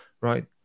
Right